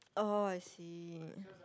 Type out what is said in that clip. oh I see